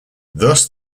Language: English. thus